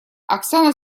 оксана